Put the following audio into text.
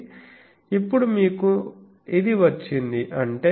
కాబట్టి ఇప్పుడు మీకు ఇది వచ్చింది